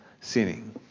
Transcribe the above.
sinning